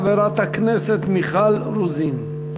חברת הכנסת מיכל רוזין.